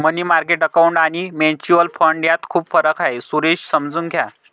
मनी market account आणि mutual fund यात खूप फरक आहे, सुरेश समजून घ्या